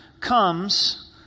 comes